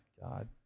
god